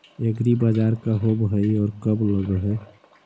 एग्रीबाजार का होब हइ और कब लग है?